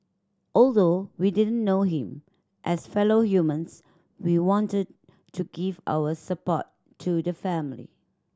although we didn't know him as fellow humans we wanted to give our support to the family